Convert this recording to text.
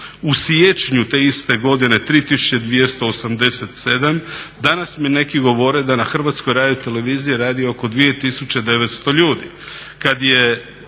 u siječnju te iste godine 3287, danas mi neki govore da na HRT-u radi oko 2900 ljudi.